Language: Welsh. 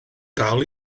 dal